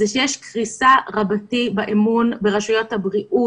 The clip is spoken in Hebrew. זה שיש קריסה רבתית באמון ברשויות הבריאות